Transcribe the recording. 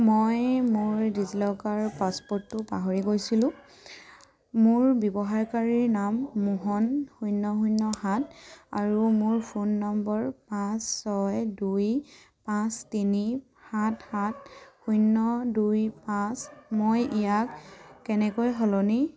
মই মোৰ ডিজিলকাৰ পাছৱৰ্ডটো পাহৰি গৈছিলোঁ মোৰ ব্যৱহাৰকাৰীৰ নাম মোহন শূন্য শূন্য সাত আৰু মোৰ ফোন নম্বৰ পাঁচ ছয় দুই পাঁচ তিনি সাত সাত শূন্য দুই পাঁচ মই ইয়াক কেনেকৈ সলনি